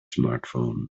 smartphone